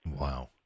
Wow